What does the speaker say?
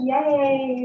Yay